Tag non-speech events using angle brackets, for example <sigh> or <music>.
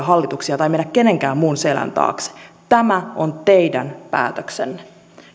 <unintelligible> hallituksia tai mennä kenenkään muun selän taakse tämä on teidän päätöksenne